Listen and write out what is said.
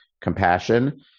compassion